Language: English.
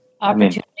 Opportunity